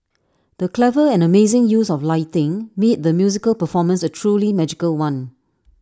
the clever and amazing use of lighting made the musical performance A truly magical one